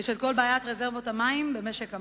על כך קיימת בעיית רזרבות המים במשק המים,